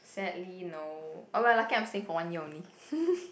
sadly no oh but luckily I'm staying for one year only